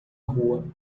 rua